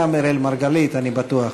גם אראל מרגלית, אני בטוח.